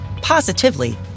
positively